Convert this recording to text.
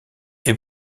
est